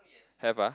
have ah